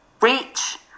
reach